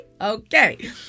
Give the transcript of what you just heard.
okay